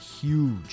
huge